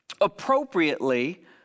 appropriately